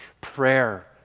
prayer